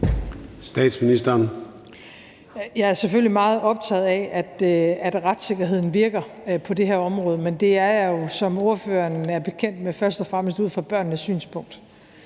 Frederiksen): Jeg er selvfølgelig meget optaget af, at retssikkerheden virker på det her område, men det er jeg jo – som ordføreren er bekendt med – først og fremmest ud fra børnenes synspunkt.